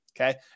okay